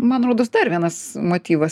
man rodos dar vienas motyvas